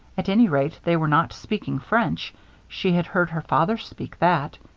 at any rate, they were not speaking french she had heard her father speak that.